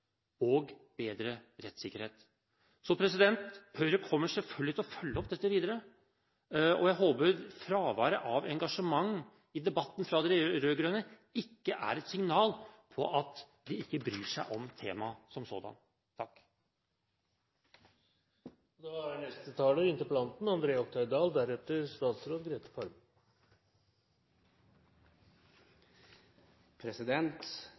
og bedre rettssikkerhet. Høyre kommer selvfølgelig til å følge opp dette videre, og jeg håper at fraværet av engasjement i debatten fra de rød-grønne ikke er et signal om at de ikke bryr seg om temaet som sådan. Det er